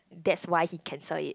that's why he cancel it